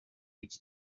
reach